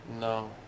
No